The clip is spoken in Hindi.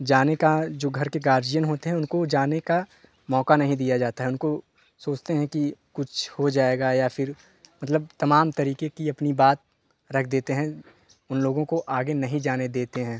जाने का जो घर के जो गार्जियन होते हैं उनको जाने का मौका नहीं दिया जाता उनको सोचते हैं कि कुछ हो जाएगा या फ़िर मतलब तमाम तरीके की अपनी बात रख देते हैं उन लोगों को आगे नहीं जाने देते हैं